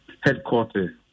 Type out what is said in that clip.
headquarters